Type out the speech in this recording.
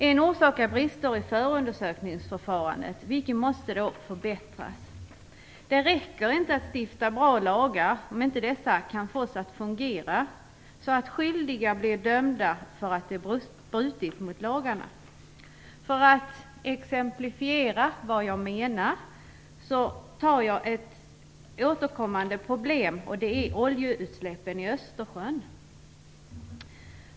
En orsak är brister i förundersökningsförfarandet, vilket måste förbättras. Det räcker inte med att stifta bra lagar om inte dessa inte kan fås att fungera så att skyldiga blir dömda för att de brutit mot lagarna. För att exemplifiera vad jag menar tar jag upp ett återkommande problem, oljeutsläppen i Östersjön.